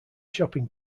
shopping